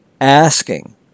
asking